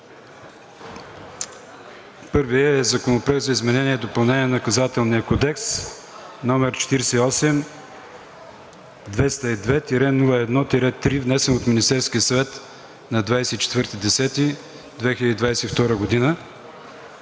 Първият е Законопроект за изменение и допълнение на Наказателния кодекс, № 48-202-01-3, внесен от Министерския съвет на 24 октомври 2022 г.